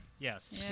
Yes